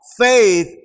Faith